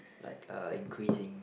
like uh increasing